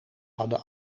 hadden